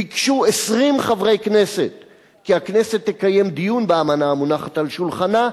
ביקשו 20 חברי כנסת כי הכנסת תקיים דיון באמנה המונחת על שולחנה,